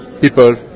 people